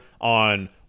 on